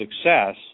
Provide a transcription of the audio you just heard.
success